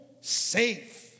safe